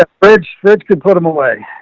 ah fridge fridge could put them away.